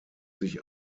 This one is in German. sich